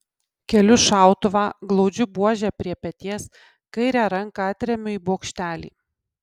keliu šautuvą glaudžiu buožę prie peties kairę ranką atremiu į bokštelį